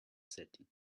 setting